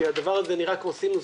כי הדבר הזה נראה כמו סינוס,